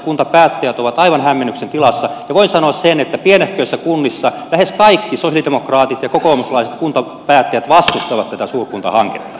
kuntapäättäjät ovat aivan hämmennyksen tilassa ja voin sanoa sen että pienehköissä kunnissa lähes kaikki sosialidemokraatit ja kokoomuslaiset kuntapäättäjät vastustavat tätä suurkuntahanketta